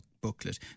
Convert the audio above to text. booklet